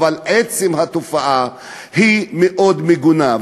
אבל עצם התופעה מאוד מגונה,